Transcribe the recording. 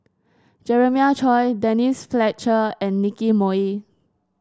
Jeremiah Choy Denise Fletcher and Nicky Moey